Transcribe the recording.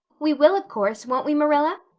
we will, of course, won't we marilla?